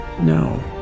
no